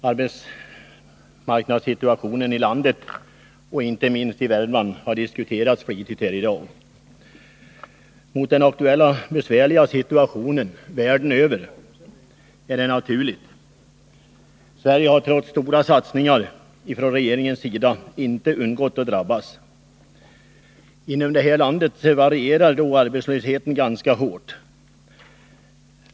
Herr talman! Arbetsmarknadssituationen i landet och inte minst i Värmland har diskuterats flitigt här i dag. Mot bakgrund av den aktuella besvärliga situationen världen över är det naturligt. Sverige har trots stora satsningar från regeringens sida inte undgått att drabbas. Inom landet varierar arbetslösheten ganska mycket.